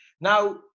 Now